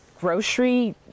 grocery